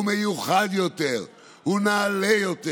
הוא מיוחד יותר, הוא נעלה יותר.